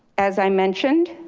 as i mentioned,